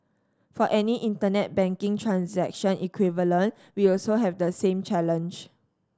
for any Internet banking transaction equivalent we also have the same challenge